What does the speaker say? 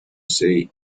say